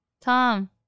Tom